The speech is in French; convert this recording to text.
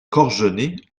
corgenay